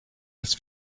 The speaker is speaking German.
des